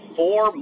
four